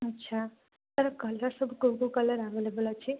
ଆଛା ତା ର କଲର ସବୁ କେଉଁ କେଉଁ କଲର ସବୁ ଅଭେଲେବୁଲ ଅଛି